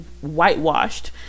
whitewashed